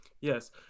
Yes